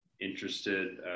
interested